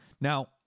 now